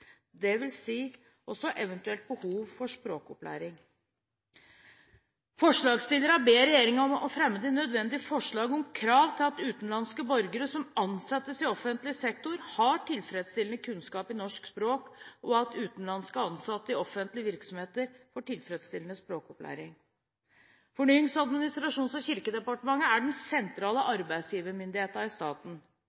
dvs. også eventuelt behov for språkopplæring. Forslagsstillerne ber regjeringen fremme de nødvendige forslag om krav til at utenlandske borgere som ansettes i offentlig sektor, har tilfredsstillende kunnskaper i norsk språk, og at utenlandske ansatte i offentlige virksomheter får tilfredsstillende språkopplæring. Fornyings-, administrasjons- og kirkedepartementet er den sentrale